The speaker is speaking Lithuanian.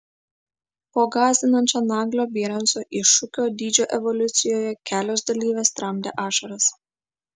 po gąsdinančio naglio bieranco iššūkio dydžio evoliucijoje kelios dalyvės tramdė ašaras